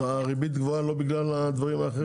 אז הריבית לא גבוהה בגלל הדברים האחרים?